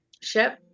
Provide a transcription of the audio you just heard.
ship